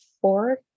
four